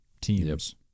teams